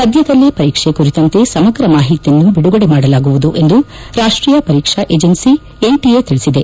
ಸದ್ಯದಲ್ಲೇ ಪರೀಕ್ಷೆ ಕುರಿತಂತೆ ಸಮಗ್ರ ಮಾಹಿತಿಯನ್ನು ಬಿಡುಗಡೆ ಮಾಡಲಾಗುವುದು ಎಂದು ರಾಷ್ಟೀಯ ಪರೀಕ್ಷಾ ಏಜಿನ್ಟಿ ಎನ್ ಟಿಎ ತಿಳಿಸಿದೆ